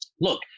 look